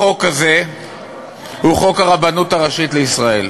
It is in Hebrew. החוק הזה הוא חוק הרבנות הראשית לישראל,